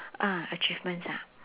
uh achievements ah